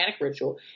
ritual